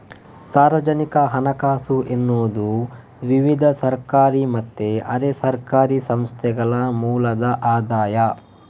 ಸಾರ್ವಜನಿಕ ಹಣಕಾಸು ಎನ್ನುವುದು ವಿವಿಧ ಸರ್ಕಾರಿ ಮತ್ತೆ ಅರೆ ಸರ್ಕಾರಿ ಸಂಸ್ಥೆಗಳ ಮೂಲದ ಆದಾಯ